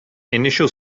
initial